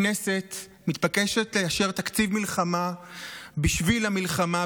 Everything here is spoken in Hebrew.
הכנסת מתבקשת לאשר תקציב מלחמה בשביל המלחמה,